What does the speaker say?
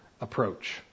approach